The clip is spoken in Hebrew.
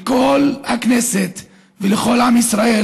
לכל הכנסת ולכל עם ישראל,